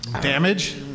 Damage